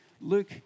Luke